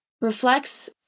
reflects